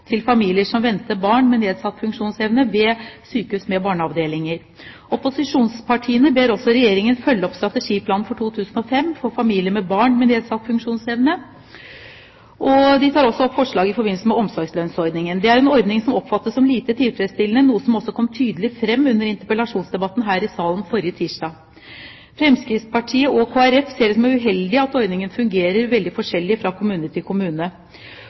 for familier som venter barn med nedsatt funksjonsevne, ved sykehus med barneavdelinger. Opposisjonspartiene ber Regjeringen følge opp strategiplanen for 2005 for familier med barn med nedsatt funksjonsevne, og de tar også opp forslag i forbindelse med omsorgslønnsordningen. Det er en ordning som oppfattes som lite tilfredsstillende, noe som også kom tydelig fram under interpellasjonsdebatten her i salen forrige tirsdag. Fremskrittspartiet og Kristelig Folkeparti ser det som uheldig at ordningen fungerer veldig forskjellig fra kommune til kommune,